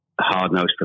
hard-nosed